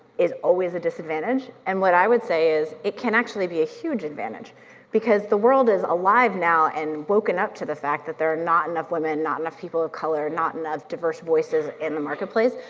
is always a disadvantage and what i would say is, it can actually be a huge advantage because the world is alive now and woken up to the fact that there are not enough women, not enough people of color, not enough diverse voices in the marketplace,